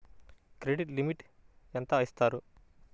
Credit limit ఎంత ఇస్తారు?